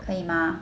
可以吗